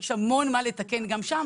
יש המון מה לתקן גם שם,